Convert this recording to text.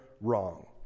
wrong